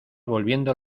volviendo